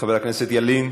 חבר הכנסת חזן,